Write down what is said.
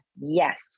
yes